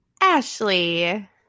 Ashley